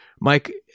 Mike